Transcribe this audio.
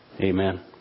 amen